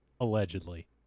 Allegedly